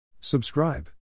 Subscribe